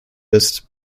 ist